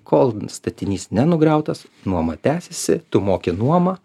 kol statinys nenugriautas nuoma tęsiasi tu moki nuomą